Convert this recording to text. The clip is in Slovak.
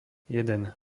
jeden